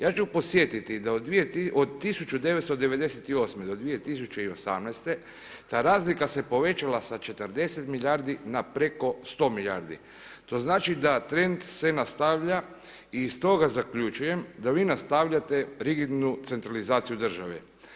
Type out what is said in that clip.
Ja ću podsjetiti da od 1998. do 2018. ta razlika se povećala sa 40 milijardi na preko 100 milijardi, to znači da trend se nastavlja i stoga zaključujem da vi nastavljate rigidnu centralizaciju države.